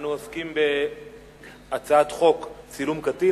אנו עוסקים בהצעת חוק צילום קטין.